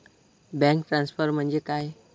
Bank transfer म्हणजे काय?